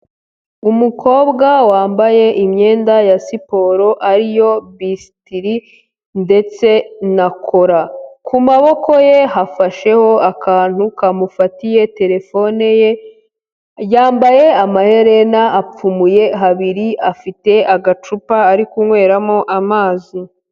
Umukobwa wambaye imyenda ya siporo ariyo bisitiri ndetse na kora, ku maboko ye hafasheho akantu kamufatiye telefone ye, yambaye amaherena, apfumuye habiri, afite agacupa ari kunyweramo amazi.